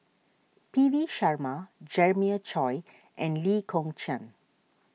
P V Sharma Jeremiah Choy and Lee Kong Chian